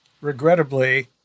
regrettably